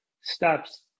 steps